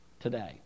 today